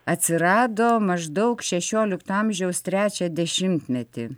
atsirado maždaug šešiolikto amžiaus trečią dešimtmetį